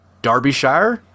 Derbyshire